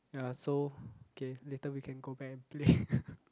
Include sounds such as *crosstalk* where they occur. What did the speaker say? ya so okay later we can go back and play *laughs*